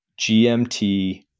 GMT